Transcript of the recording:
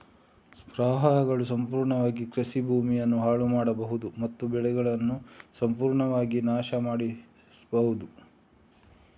ಪ್ರವಾಹಗಳು ಸಂಪೂರ್ಣ ಕೃಷಿ ಭೂಮಿಯನ್ನ ಹಾಳು ಮಾಡ್ಬಹುದು ಮತ್ತು ಬೆಳೆಗಳನ್ನ ಸಂಪೂರ್ಣವಾಗಿ ನಾಶ ಪಡಿಸ್ಬಹುದು